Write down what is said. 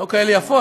לא כאלה יפות,